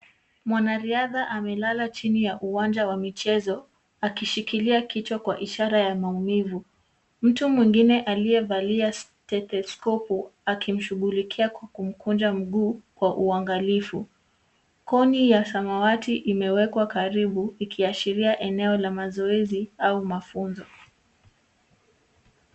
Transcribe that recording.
Mwanariadha amelala chini ya uwanja wa michezo akishikilia kichwa kwa ishara ya maumivu. Mtu mwingine aliyevalia stetheskopu akimshughulikia kwa kumkunja mguu kwa uangalifu. Koni ya samawati imewekwa karibu ikiashiria eneo la mazoezi au mafunzo.